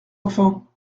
enfants